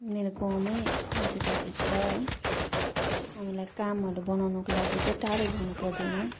मेरो गाउँमै पन्चायत अफिस छ है हामीलाई कामहरू बनाउनुको लागि चाहिँ टाढो जानु पर्दैन